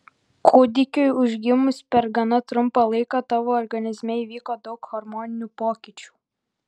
kūdikiui užgimus per gana trumpą laiką tavo organizme įvyko daug hormoninių pokyčių